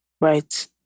right